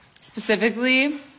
specifically